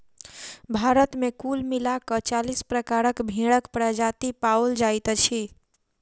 भारत मे कुल मिला क चालीस प्रकारक भेंड़क प्रजाति पाओल जाइत अछि